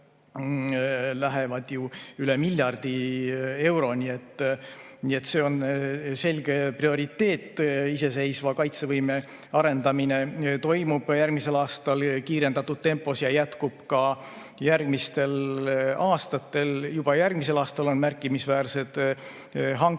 rohkem kui miljardi euroni. Nii et see on selge prioriteet. Iseseisva kaitsevõime arendamine toimub järgmisel aastal kiirendatud tempos ja see jätkub ka järgmistel aastatel. Juba tuleval aastal on märkimisväärsed hanked: